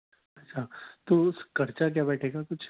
ہاں تو اس خرچہ کیا بیٹھے گا کچھ